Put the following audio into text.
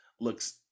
looks